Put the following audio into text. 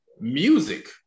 music